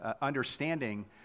understanding